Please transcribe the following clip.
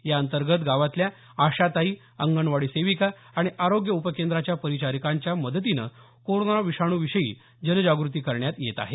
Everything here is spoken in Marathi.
याअंतर्गत गावातल्या आशाताई अंगणवाडी सेविका आणि आरोग्य उपकेंद्राच्या परिचारिकांच्या मदतीने कोरोना विषाणू विषयी जनजाग्रती करण्यात येत आहे